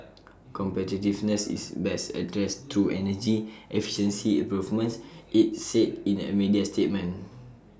competitiveness is best addressed through energy efficiency improvements IT said in A media statement